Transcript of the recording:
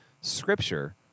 scripture